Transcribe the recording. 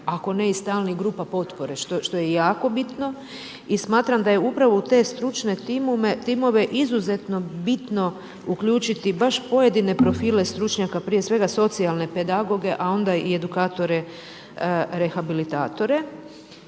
ako ne i stalnih grupa potpore, što je jako bitno. I smatram da je upravo u te stručne timove, izuzeto bitno, uključiti baš pojedine profile stručnjaka, prije svega, socijalne pedagoge a onda i edukatore, rehabilitatore.